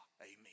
amen